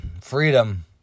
freedom